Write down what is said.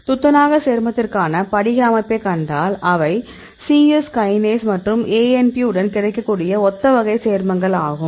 துத்தநாக சேர்மத்திற்கான படிக அமைப்பை கண்டால் இவை C எஸ் கைனேஸ் மற்றும் ANP உடன் கிடைக்கக்கூடிய ஒத்த வகை சேர்மங்கள் ஆகும்